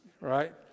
Right